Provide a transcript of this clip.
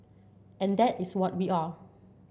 and that is what we are